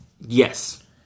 Yes